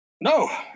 No